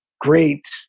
great